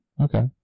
Okay